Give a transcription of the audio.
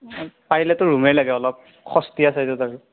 পাৰিলেতো ৰুমেই লাগে অলপ সস্তীয়া চাইজত আৰু